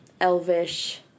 elvish